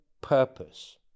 purpose